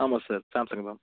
ஆமாம் sir Samsung தான்